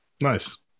Nice